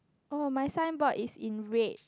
oh my signboard is in red